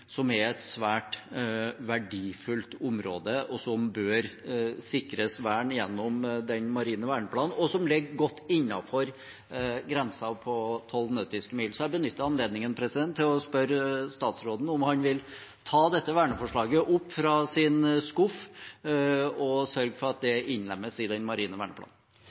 som er et svært verdifullt område som bør sikres vern gjennom den marine verneplanen, og som ligger godt innenfor grensen på 12 nautiske mil. Jeg benytter anledningen til å spørre statsråden om han vil ta dette verneforslaget opp fra sin skuff og sørge for at det innlemmes i den marine verneplanen.